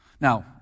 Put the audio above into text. Now